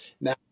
now